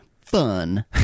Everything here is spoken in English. fun